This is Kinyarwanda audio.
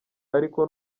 ariko